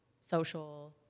social